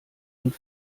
und